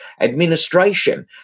administration